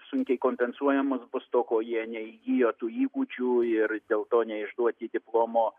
sunkiai kompensuojamas bus to ko jie neįgijo tų įgūdžių ir dėl to neišduoti diplomo